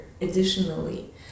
additionally